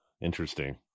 Interesting